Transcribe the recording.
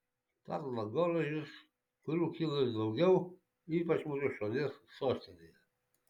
stato dangoraižius kurių kyla vis daugiau ypač mūsų šalies sostinėje